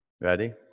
Ready